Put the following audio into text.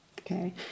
okay